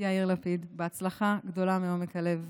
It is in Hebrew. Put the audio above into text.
יאיר לפיד, בהצלחה גדולה מעומק הלב